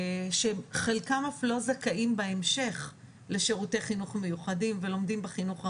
חלקם אף לא זכאים בהמשך לשירותי חינוך מיוחדים ולומדים בחינוך הרגיל.